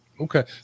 Okay